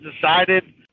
decided